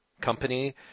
company